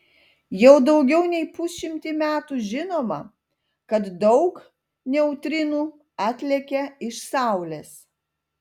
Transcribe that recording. jau daugiau nei pusšimtį metų žinoma kad daug neutrinų atlekia iš saulės